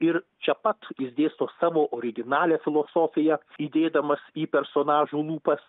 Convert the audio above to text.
ir čia pat išdėsto savo originalią filosofiją įdėdamas į personažų lūpas